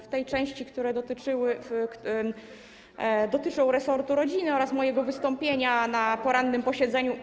W tej części, która dotyczy resortu rodziny oraz mojego wystąpienia na porannym posiedzeniu.